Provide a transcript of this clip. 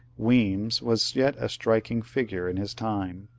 weems was yet a striking figure in his time.